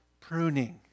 pruning